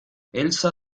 elsa